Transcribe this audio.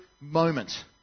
moment